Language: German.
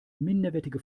minderwertige